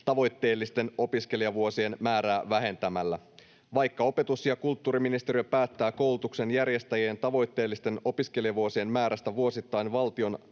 tavoitteellisten opiskelijavuosien määrää vähentämällä. Vaikka opetus- ja kulttuuriministeriö päättää koulutuksen järjestäjien tavoitteellisten opiskelijavuosien määrästä vuosittain valtion